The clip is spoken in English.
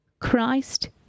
Christ